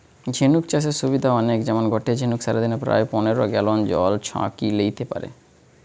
ঝিনুক চাষের সুবিধা অনেক যেমন গটে ঝিনুক সারাদিনে প্রায় পনের গ্যালন জল ছহাকি লেইতে পারে